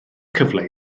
cyfle